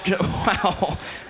Wow